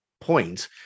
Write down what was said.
point